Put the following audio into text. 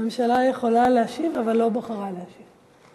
הממשלה יכולה להשיב, אבל לא בחרה להשיב.